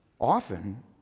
often